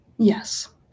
Yes